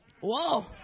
Whoa